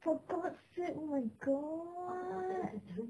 for god's sake oh my god